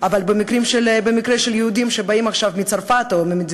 אבל במקרה של יהודים שבאים עכשיו מצרפת או מחבר